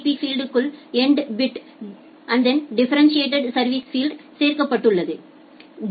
B ஃபீல்டுக்குள் எட்டு bit differentiated சா்விஸ் ஃபீல்டு சேர்க்கப்பட்டுள்ளது டி